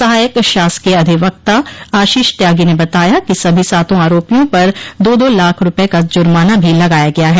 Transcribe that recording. सहायक शासकीय अधिवक्ता आशीष त्यागी ने बताया कि सभी सातों आरोपियों पर दो दो लाख रूपये का जुर्माना भी लगाया गया है